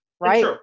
right